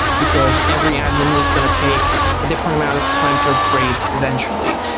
because every admin is going to take a different amount of time to upgrade eventually.